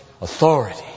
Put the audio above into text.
authority